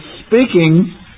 speaking